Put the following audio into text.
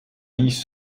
viis